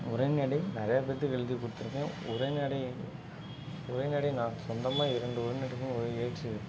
உரைநடை நிறையா பேர்த்துக்கு எழுதி கொடுத்துருக்கேன் உரைநடை உரைநடை நான் சொந்தமாக இரண்டு உரைநடைக்கும் இயற்றி